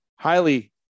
highly